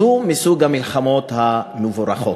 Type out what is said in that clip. זו מסוג המלחמות המבורכות,